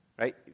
Right